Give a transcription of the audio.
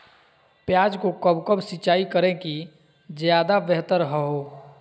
प्याज को कब कब सिंचाई करे कि ज्यादा व्यहतर हहो?